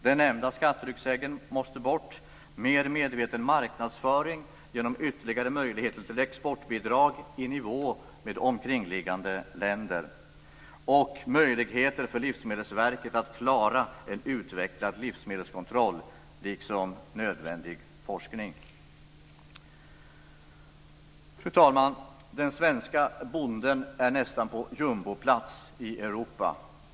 Den nämnda skatteryggsäcken måste bort, mer medveten marknadsföring måste bedrivas genom ytterligare möjligheter till exportbidrag i nivå med omkringliggande länder och möjligheter för Livsmedelsverket att klara en utvecklad livsmedelskontroll, liksom nödvändig forskning. Fru talman! Den svenska bonden är nästan på jumboplats i Europa.